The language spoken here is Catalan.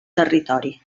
territori